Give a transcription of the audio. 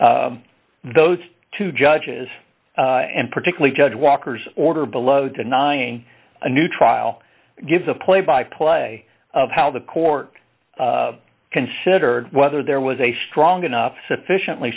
those two judges and particularly judge walker's order below denying a new trial gives a play by play of how the court considered whether there was a strong enough sufficiently